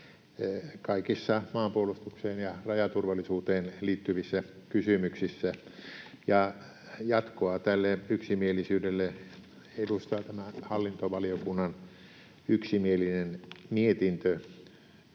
kaikissa maanpuolustukseen ja rajaturvallisuuteen liittyvissä kysymyksissä, ja jatkoa tälle yksimielisyydelle edustaa tämä hallintovaliokunnan yksimielinen mietintö,